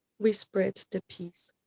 we spread the peace.